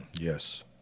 Yes